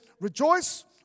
rejoice